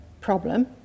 problem